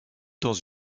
dans